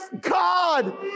God